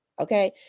Okay